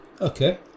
Okay